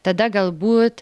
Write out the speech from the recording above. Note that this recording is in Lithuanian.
tada galbūt